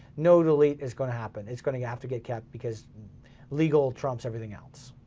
no delete is gonna happen. it's gonna have to get kept because legal trumps everything else.